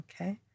okay